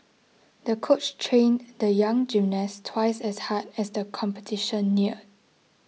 the coach trained the young gymnast twice as hard as the competition neared